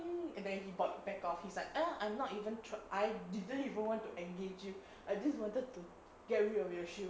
and then he back off he's like ah I'm not even try I didn't even want to engage you I just wanted to get rid of your shield